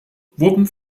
wurden